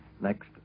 next